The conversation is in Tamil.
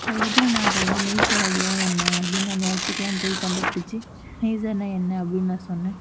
அதுக்கப்புறம் நான் அதை வந்து நேஸர் அப்படின்னா என்ன அப்படின் நான் அந்த இடத்துக்குலாம் போய் கண்டுப்பிடிச்சி நேஸர்னால் என்ன அப்படின் நான் சொன்னேன்